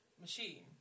machine